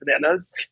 bananas